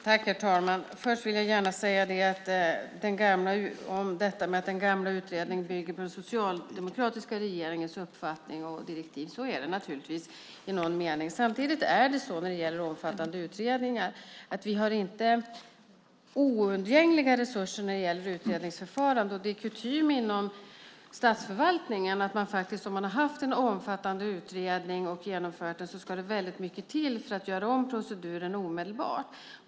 Herr talman! Först vill jag ta upp detta med att den gamla utredningen bygger på den socialdemokratiska regeringens uppfattning och direktiv. Ja, så är det naturligtvis. Men när det gäller omfattande utredningar har vi inte outtömliga resurser för utredningsförfarande, och det är kutym inom statsförvaltningen att om man har genomfört en omfattande utredning ska det väldigt mycket till för att göra om den omedelbart.